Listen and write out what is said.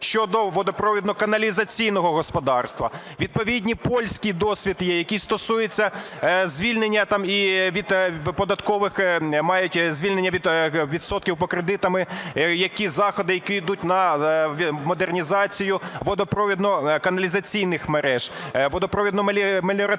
щодо водопровідного каналізаційного господарства. Відповідно польський досвід є, який стосується звільнення від податкових відсотків по кредитам, які заходи, які йдуть на модернізацію водопровідно-каналізаційних мереж, водопровідно-меліоративного